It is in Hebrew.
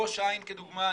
ראש העין כדוגמה,